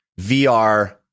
VR